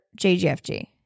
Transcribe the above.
JGFG